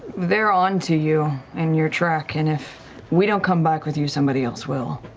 they're onto you and your track, and if we don't come back with you, somebody else will.